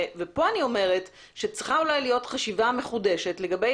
כאן אני אומרת שאולי צריכה להיות חשיבה מחודשת לגבי